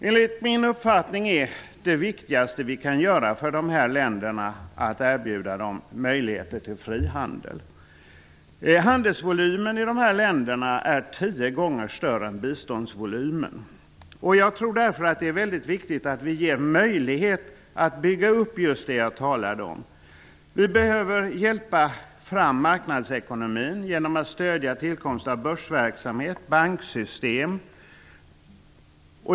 Enligt min uppfattning är det viktigaste vi kan göra för dessa länder att erbjuda dem möjligheter till frihandel. Handelsvolymen i de här länderna är tio gånger större än biståndsvolymen. Jag tror därför att det är väldigt viktigt att vi ger dem möjlighet att bygga upp det jag talade om. Vi behöver hjälpa fram marknadsekonomin genom att stödja tillkomst av börsverksamhet, banksystem.